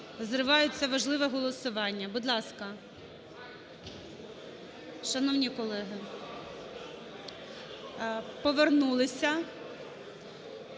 зривають це важливе голосування. Будь ласка. Шановні колеги, повернулися.